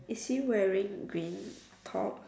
is he wearing green top